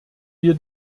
wir